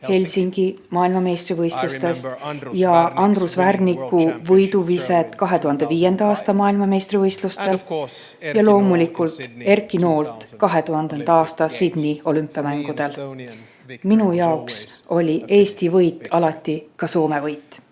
Helsingi maailmameistrivõistlustel, Andrus Värniku võiduviset 2005. aasta maailmameistrivõistlustel ja loomulikult Erki Noolt 2000. aasta Sydney olümpiamängudel. Minu jaoks oli Eesti võit alati ka Soome võit.